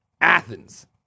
Athens